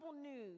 news